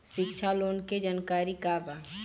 शिक्षा लोन के जानकारी का बा?